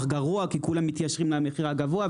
גרוע כי כולם מתיישרים למחיר הגבוה,